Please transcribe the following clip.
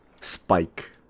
Spike